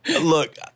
look